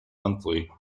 monthly